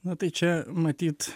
na tai čia matyt